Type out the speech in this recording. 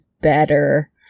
better